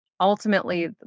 ultimately